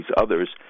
others